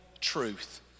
truth